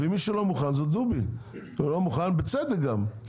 ומי שלא מוכן זה דובי, הוא לא מוכן בצדק גם.